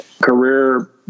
career